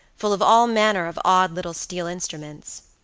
full of all manner of odd little steel instruments.